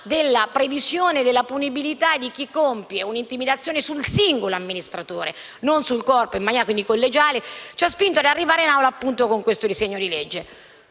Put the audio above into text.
della previsione della punibilità di chi compie un'intimidazione sul singolo amministratore e non sul corpo collegiale ci ha spinto ad arrivare in Aula con il disegno di legge